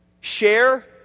Share